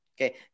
Okay